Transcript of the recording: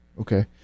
Okay